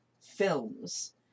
films